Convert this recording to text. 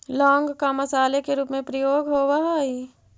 लौंग का मसाले के रूप में प्रयोग होवअ हई